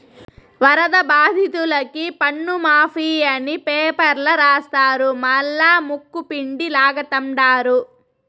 వరద బాధితులకి పన్నుమాఫీ అని పేపర్ల రాస్తారు మల్లా ముక్కుపిండి లాగతండారు